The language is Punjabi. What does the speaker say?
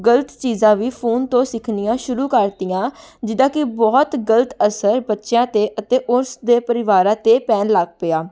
ਗਲਤ ਚੀਜ਼ਾਂ ਵੀ ਫੋਨ ਤੋਂ ਸਿੱਖਣੀਆਂ ਸ਼ੁਰੂ ਕਰ ਦਿੱਤੀਆਂ ਜਿਹਦਾ ਕਿ ਬਹੁਤ ਗਲਤ ਅਸਰ ਬੱਚਿਆਂ 'ਤੇ ਅਤੇ ਉਸ ਦੇ ਪਰਿਵਾਰਾਂ 'ਤੇ ਪੈਣ ਲੱਗ ਪਿਆ